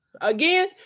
Again